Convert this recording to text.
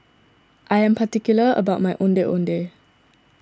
I am particular about my Ondeh Ondeh